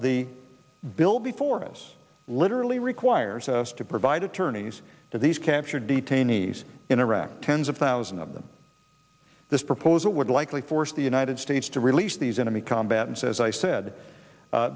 the bill before us literally requires us to provide attorneys to these captured detainees in iraq tens of thousands of them this proposal would likely force the united states to release these enemy combatants as i said